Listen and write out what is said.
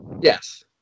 Yes